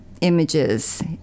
images